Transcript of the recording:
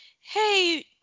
Hey